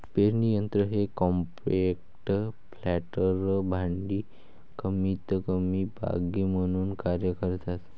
पेरणी यंत्र हे कॉम्पॅक्ट प्लांटर भांडी कमीतकमी बागे म्हणून कार्य करतात